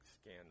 scan